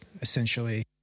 essentially